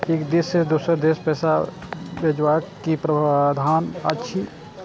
एक देश से दोसर देश पैसा भैजबाक कि प्रावधान अछि??